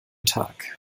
tag